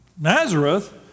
Nazareth